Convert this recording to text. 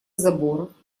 заборов